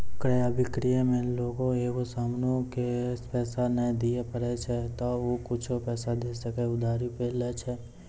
क्रय अभिक्रय मे लोगें एगो समानो के पैसा नै दिये पारै छै त उ कुछु पैसा दै के उधारी पे लै छै